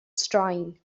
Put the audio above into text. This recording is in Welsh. straen